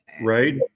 Right